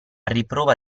riprova